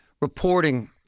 reporting